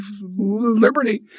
liberty